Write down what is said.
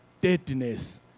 deadness